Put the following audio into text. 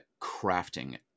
crafting